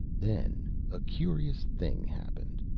then a curious thing happened.